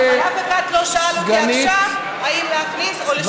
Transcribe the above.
אף אחד לא שאל אותי עכשיו אם להכניס או לשנות את התקנון.